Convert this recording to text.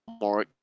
more